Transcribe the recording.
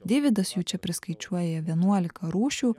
deividas jų čia priskaičiuoja vienuolika rūšių